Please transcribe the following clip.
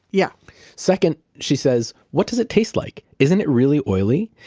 yeah second, she says, what does it taste like? isn't it really oily?